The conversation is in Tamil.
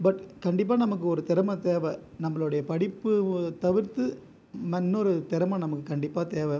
பட் கண்டிப்பாக நமக்கு ஒரு திறமை தேவை நம்மளுடைய படிப்பு தவிர்த்து இன்னொரு திறமை நமக்கு கண்டிப்பாக தேவை